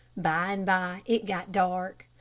by-and-by it got dark.